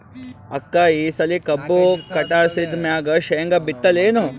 ಅಕ್ಕ ಈ ಸಲಿ ಕಬ್ಬು ಕಟಾಸಿದ್ ಮ್ಯಾಗ, ಶೇಂಗಾ ಬಿತ್ತಲೇನು?